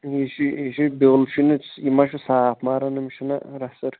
یہِ چھِ یہِ چھِ بیوٚل چھُے نہ یہِ ما چھُ صاف ماران أمِس چھِنہ رَسٕر